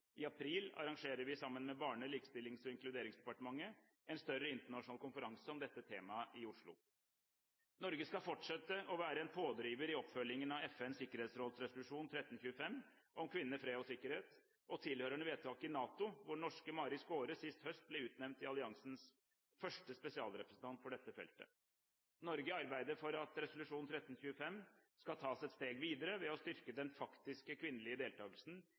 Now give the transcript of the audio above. I april arrangerer vi sammen med Barne-, likestillings- og inkluderingsdepartementet en større internasjonal konferanse om dette temaet i Oslo. Norge skal fortsette å være en pådriver i oppfølgningen av FNs sikkerhetsråds resolusjon 1325 om kvinner, fred og sikkerhet – og tilhørende vedtak i NATO, hvor norske Mari Skåre sist høst ble utnevnt til alliansen første spesialrepresentant for dette feltet. Norge arbeider for at resolusjon 1325 skal tas et steg videre ved å styrke den faktiske kvinnelige deltakelsen